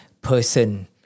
person